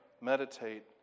meditate